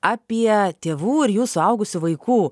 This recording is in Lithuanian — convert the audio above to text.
apie tėvų ir jų suaugusių vaikų